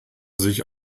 sich